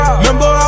Remember